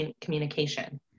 communication